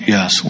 Yes